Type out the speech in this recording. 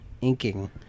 inking